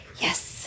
Yes